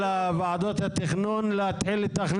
אתם מתכננים לישוב אחד שתי מזבלות,